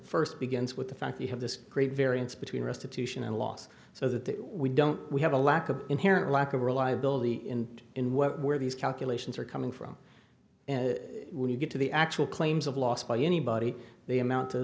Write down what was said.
first begins with the fact you have this great variance between restitution and loss so that we don't we have a lack of inherent lack of reliability in in what where these calculations are coming from and when you get to the actual claims of loss by anybody the amount